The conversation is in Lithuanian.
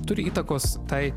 turi įtakos tai